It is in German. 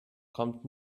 kommt